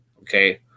Okay